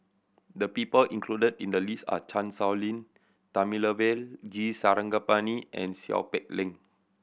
the people included in the list are Chan Sow Lin Thamizhavel G Sarangapani and Seow Peck Leng